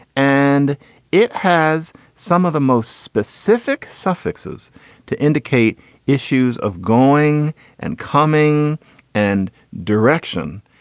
and it has some of the most specific suffixes to indicate issues of going and coming and direction.